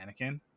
Anakin